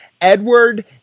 Edward